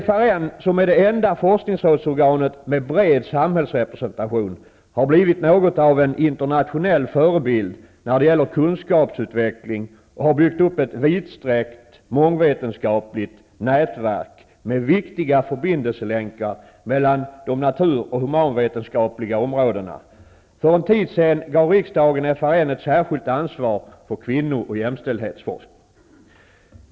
FRN, som är det enda forskningsrådsorganet med bred samhällsrepresentation, har blivit något av en internationell förebild när det gäller kunskapsutveckling och har byggt upp ett vidsträckt mångvetenskapligt nätverk med viktiga förbindelselänkar mellan de natur och humanvetenskapliga områdena. För en tid sedan gav riksdagen FRN ett särskilt ansvar för kvinnooch jämställdhetsforskning.